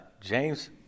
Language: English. James